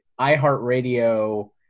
iHeartRadio